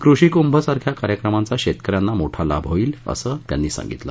कृषी कुंभ सारख्या कार्यक्रमांचा शेतकऱ्यांना मोठा लाभ होईल असं त्यांनी सांगितलं